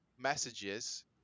Messages